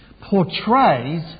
portrays